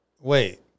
Wait